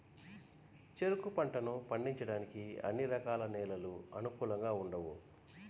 చెరుకు పంటను పండించడానికి అన్ని రకాల నేలలు అనుకూలంగా ఉండవు